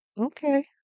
Okay